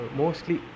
mostly